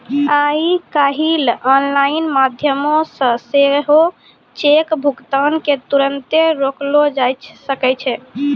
आइ काल्हि आनलाइन माध्यमो से सेहो चेक भुगतान के तुरन्ते रोकलो जाय सकै छै